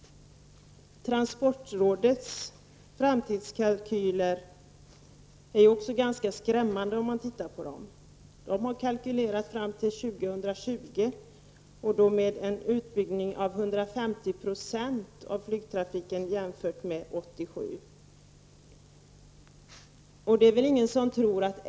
Transportrådets framtidskalkyler är också skrämmande. Transportrådet har kalkylerat en utbyggnad av flygtrafiken fram till år 2020 med 150 90 jämfört med år 1987.